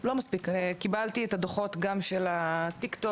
לא מספיק, קיבלתי את הדוחות גם של טיקטוק,